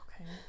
okay